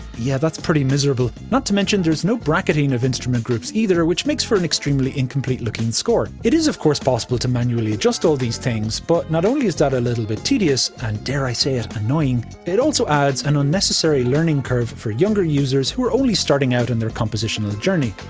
yeah, that's pretty miserable, not to mention there's no bracketing of instrument groups either, which makes for an extremely incomplete-looking score. it is of course possible to manually adjust all these things, but not only is that a little bit tedious and dare i say it, annoying! it also adds an unnecessary learning curve for younger users who are only starting out on their compositional journey.